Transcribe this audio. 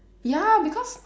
ya because